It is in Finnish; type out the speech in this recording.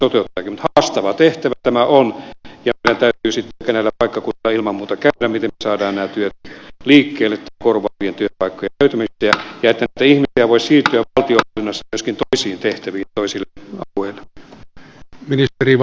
mutta haastava tehtävä tämä on ja meidän täytyy sitten näillä paikkakunnilla ilman muuta käydä niin että me saamme nämä työt liikkeelle korvaavien työpaikkojen löytämiseksi ja että näitä ihmisiä voisi siirtyä valtionhallinnossa myöskin toisiin tehtäviin ja toisille alueille